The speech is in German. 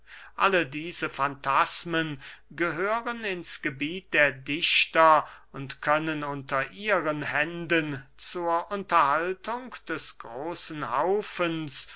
alle diese fantasmen gehören ins gebiet der dichter und können unter ihren händen zur unterhaltung des großen haufens